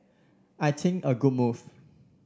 I think a good move